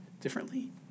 differently